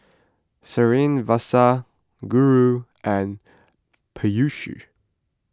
Srinivasa Guru and Peyush